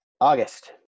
August